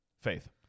Faith